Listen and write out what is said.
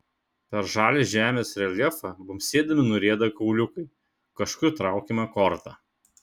per žalią žemės reljefą bumbsėdami nurieda kauliukai kažkur traukiama korta